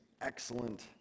excellent